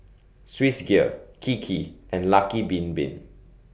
Swissgear Kiki and Lucky Bin Bin